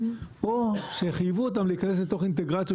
או שחייבו אותם להיכנס לתוך האינטגרציות